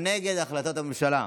הוא נגד החלטת הממשלה.